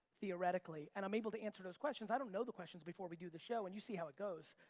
theoretically, and i'm able to answer those questions. i don't know the questions before we do the show and you see how it goes.